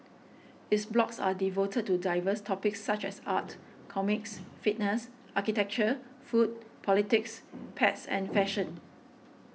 its blogs are devoted to diverse topics such as art comics fitness architecture food politics pets and fashion